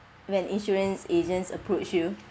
when insurance agents approach you